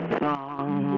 song